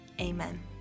amen